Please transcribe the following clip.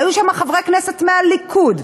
היו שם חברי כנסת מהליכוד,